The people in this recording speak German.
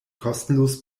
kostenlos